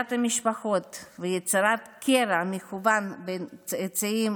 הפרדת המשפחות ויצירת קרע מכוון בין צאצאים